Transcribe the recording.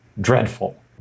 Dreadful